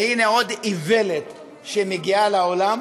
והנה עוד איוולת שמגיעה לעולם,